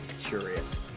curious